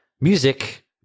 Music